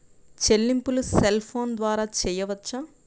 చెల్లింపులు cell phone ద్వారా చేయవచ్చా?